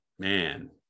Man